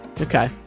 Okay